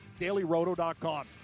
DailyRoto.com